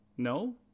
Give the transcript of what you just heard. No